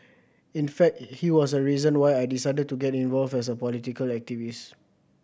in fact he was a reason why I decided to get involved as a political activist